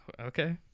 Okay